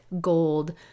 gold